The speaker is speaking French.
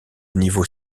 niveau